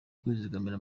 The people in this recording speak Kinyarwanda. kwizigamira